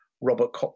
Robert